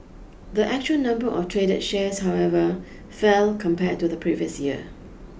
the actual number of traded shares however fell compared to the previous year